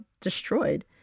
destroyed